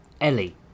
Ellie